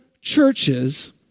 churches